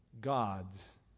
gods